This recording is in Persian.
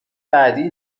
بعدیای